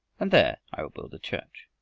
and there i will build a church.